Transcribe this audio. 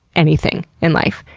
anything in life.